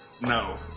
No